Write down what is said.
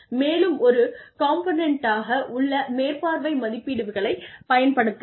மேலும் ஒரே ஒரு காம்போனெண்ட்டாக உள்ள மேற்பார்வை மதிப்பீடுகளைப் பயன்படுத்தலாம்